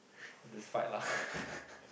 then just fight lah